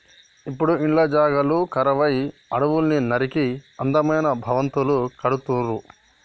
ఇప్పుడు ఇండ్ల జాగలు కరువై అడవుల్ని నరికి అందమైన భవంతులు కడుతుళ్ళు